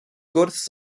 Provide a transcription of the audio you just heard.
gwrs